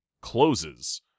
closes